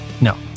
No